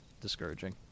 discouraging